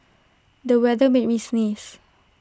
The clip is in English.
the weather made me sneeze